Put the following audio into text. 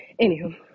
Anywho